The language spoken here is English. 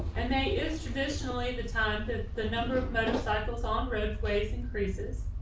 and may is traditionally the time that the number of motorcycles on roadways increases.